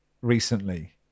recently